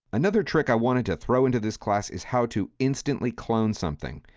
another trick i wanted to throw into this class is how to instantly clone something.